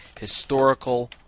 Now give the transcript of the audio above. historical